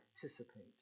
participate